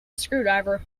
screwdriver